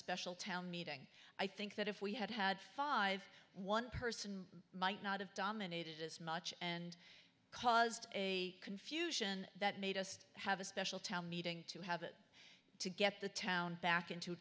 special town meeting i think that if we had had five one person might not have dominated as much and caused a confusion that made us to have a special town meeting to have to get the town back in